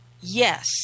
Yes